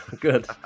good